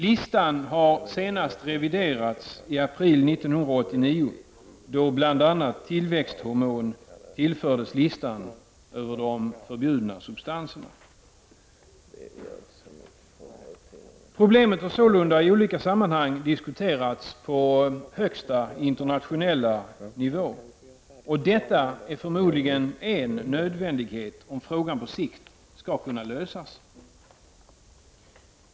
Listan har senast reviderats i april 1989, då bl.a. tillväxthormon tillfördes listan över de förbjudna substanserna. Problemet har sålunda i olika sammanhang diskuterats på högsta internationella nivå. Och detta är förmodligen en nödvändighet om frågan på sikt skall kunna lösas.